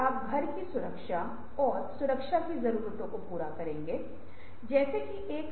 इसलिए हम उस धन की वसूली नहीं कर पाएंगे